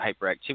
hyperactivity